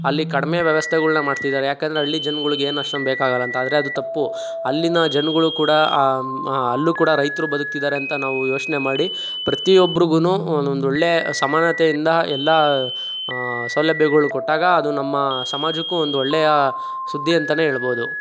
ಅಲ್ಲಿ ಕಡಿಮೆ ವ್ಯವಸ್ಥೆಗಳ್ನ ಮಾಡ್ತಿದ್ದಾರೆ ಯಾಕಂದರೆ ಹಳ್ಳಿ ಜನ್ಗಳ್ಗೇನ್ ಅಷ್ಟೊಂದು ಬೇಕಾಗಲ್ಲ ಅಂತ ಆದರೆ ಅದು ತಪ್ಪು ಅಲ್ಲಿನ ಜನ್ಗಳು ಕೂಡ ಅಲ್ಲೂ ಕೂಡ ರೈತರು ಬದುಕ್ತಿದಾರೆ ಅಂತ ನಾವು ಯೋಚನೆ ಮಾಡಿ ಪ್ರತಿಯೊಬ್ರುಗು ಒನ್ನೊಂದೊಳ್ಳೆ ಸಮಾನತೆಯಿಂದ ಎಲ್ಲ ಸೌಲಭ್ಯಗಳು ಕೊಟ್ಟಾಗ ಅದು ನಮ್ಮ ಸಮಾಜಕ್ಕೂ ಒಂದೊಳ್ಳೆಯ ಸುದ್ದಿ ಅಂತ ಹೇಳ್ಬೌದು